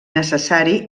necessari